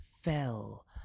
fell